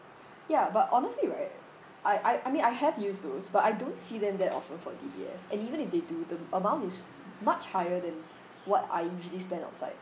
ya but honestly right I I I mean I have used those but I don't see them that often for D_B_S and even if they do the amount is much higher than what I usually spend outside